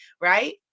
Right